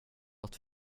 att